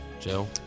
Joe